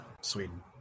Sweden